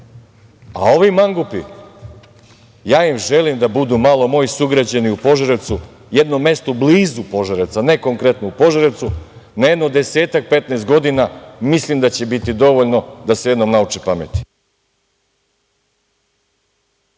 ovi mangupi, ja im želim da budu malo moji sugrađani u Požarevcu, jedno mesto blizu Požarevca, ne konkretno u Požarevcu, na jedno desetak, 15 godina, mislim da će biti dovoljno da se jednom nauče pameti.